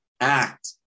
act